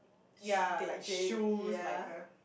ya like shoes like the